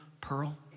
pearl